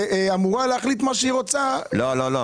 אמורה להחליט מה שהיא רוצה --- לא.